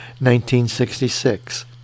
1966